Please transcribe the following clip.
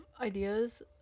ideas